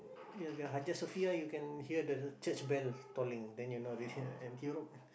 near the Hagia Sophia you can hear the church bell tolling then you know and Europe